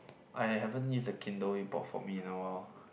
I haven't use the Kindle you bought for me in a while